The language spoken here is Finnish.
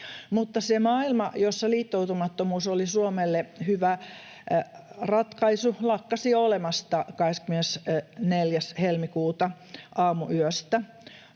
Mutta se maailma, jossa liittoutumattomuus oli Suomelle hyvä ratkaisu, lakkasi olemasta 24. helmikuuta aamuyöstä,